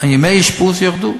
הצעת החוק עוברת,